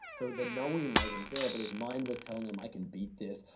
so the knowing wasn't there, but his mind was telling him, i can beat this.